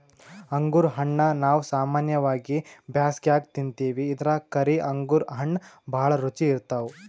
ಅಂಗುರ್ ಹಣ್ಣಾ ನಾವ್ ಸಾಮಾನ್ಯವಾಗಿ ಬ್ಯಾಸ್ಗ್ಯಾಗ ತಿಂತಿವಿ ಇದ್ರಾಗ್ ಕರಿ ಅಂಗುರ್ ಹಣ್ಣ್ ಭಾಳ್ ರುಚಿ ಇರ್ತವ್